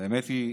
האמת היא,